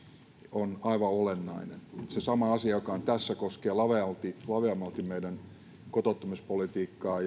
on aivan olennainen se sama asia joka on tässä koskee laveammalti meidän kotouttamispolitiikkaa